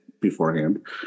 beforehand